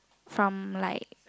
from like